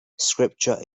scripture